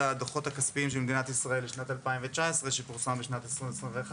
הדוחות הכספיים של מדינת ישראל לשנת 2019 שפורסם בשנת 2021,